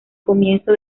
comienzo